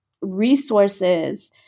resources